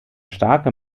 starke